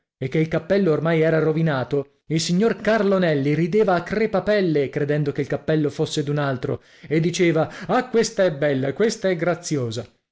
che il cappello ormai era rovinato il signor carlo nelli rideva a crepapelle credendo che il cappello fosse d'un altro e diceva ah questa è bella questa è graziosa